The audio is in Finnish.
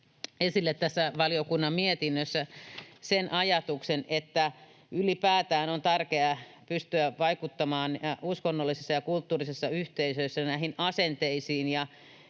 lausumassa, valiokunnan mietinnössä, toi esille sen ajatuksen, että ylipäätään on tärkeää pystyä vaikuttamaan uskonnollisissa ja kulttuurisissa yhteisöissä näihin asenteisiin